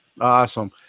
Awesome